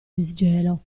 disgelo